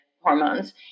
hormones